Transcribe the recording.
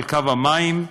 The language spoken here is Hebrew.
על קו המים,